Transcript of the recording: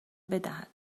بدهد